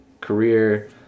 career